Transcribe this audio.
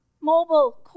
mobile